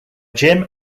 jim